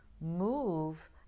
move